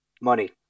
Money